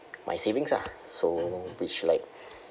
my savings ah so which like